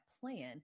plan